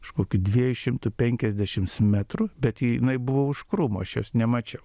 už kokių dviejų šimtų penkiasdešims metrų bet jinai buvo už krūmų aš jos nemačiau